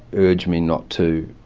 urge me not to